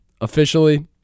Officially